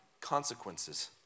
consequences